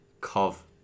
Cov